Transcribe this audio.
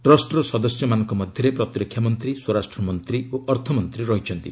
ଟ୍ରଷ୍ଟର ସଦସ୍ୟମାନଙ୍କ ମଧ୍ୟରେ ପ୍ରତିରକ୍ଷା ମନ୍ତ୍ରୀ ସ୍ୱରାଷ୍ଟ୍ରମନ୍ତ୍ରୀ ଓ ଅର୍ଥମନ୍ତ୍ରୀ ରହିଛନ୍ତି